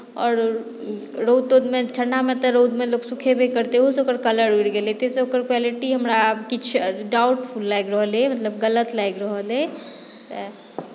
आओर रउद तउदमे ठण्डामे तऽ रउदमे लोक सुखेबे करतै ओहूसँ ओकर कलर उड़ि गेलै ताहिसँ ओकर क्वालिटी हमरा किछु डाउटफुल लागि रहल अइ मतलब गलत लागि रहल अइ सएह